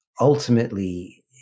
ultimately